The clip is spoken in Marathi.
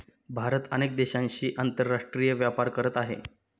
भारत अनेक देशांशी आंतरराष्ट्रीय व्यापार करत आहे